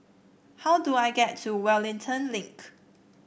how do I get to Wellington Link